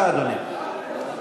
אדוני היושב-ראש,